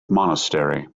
monastery